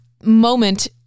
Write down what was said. moment